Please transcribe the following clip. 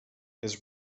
his